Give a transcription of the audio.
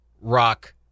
rock